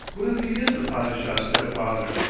what if he is the padishah's step-father?